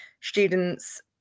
students